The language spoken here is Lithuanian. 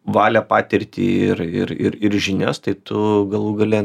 valią patirtį ir ir ir ir žinias tai tu galų gale